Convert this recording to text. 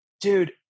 Dude